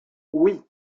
oui